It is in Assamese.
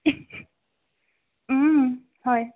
হয়